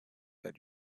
that